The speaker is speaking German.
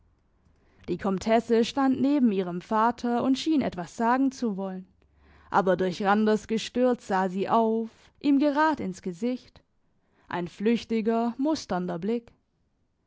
die komtesse stand neben ihrem vater und schien etwas sagen zu wollen aber durch randers gestört sah sie auf ihm gerad ins gesicht ein flüchtiger musternder blick